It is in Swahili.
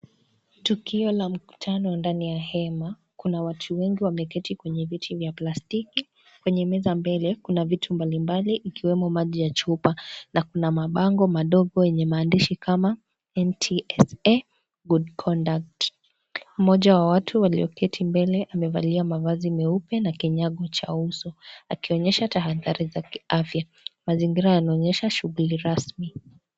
Tukio la mkutano ndani ya hema kuna watu wengi wameketi kwenye viti vya plastiki kwenye meza mbele kuna vitu mbalimbali ikiwemo maji ya chupa na kuna mapambo madogo wenye maandishi kama NTSA Good Conduct. Mmoja wa watu aliyeketi mbele amevalia mavazi meupe na ...cha uso akionyesha tahadhari za kiafya, mazingira yanaonyesha shughuli rasmi.